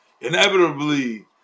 inevitably